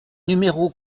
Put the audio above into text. numéro